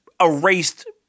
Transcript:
erased